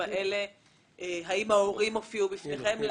האם ההורים הופיעו בפניכם?